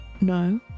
No